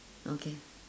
okay